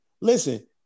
listen